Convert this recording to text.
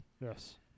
yes